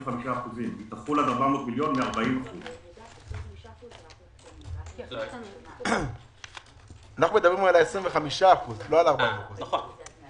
היא תחול עד 400 מיליון 40%. נכון.